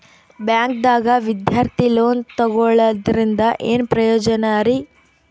ಬ್ಯಾಂಕ್ದಾಗ ವಿದ್ಯಾರ್ಥಿ ಲೋನ್ ತೊಗೊಳದ್ರಿಂದ ಏನ್ ಪ್ರಯೋಜನ ರಿ?